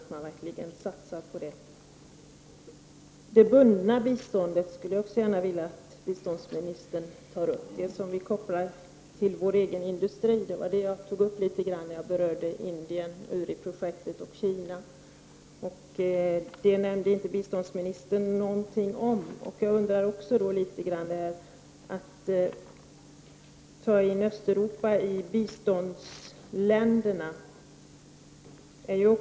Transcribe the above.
Jag skulle också gärna vilja att biståndsministern tar upp frågan om det bundna biståndet, dvs. det bistånd som vi kopplar till vår egen industri. Jag tog upp den frågan litet grand när jag berörde Indien, URI projektet och Kina. Biståndsministern nämnde inte någonting om detta. Också jag undrar också om biståndsministern räknar in länderna i Östeuropa bland biståndsländerna.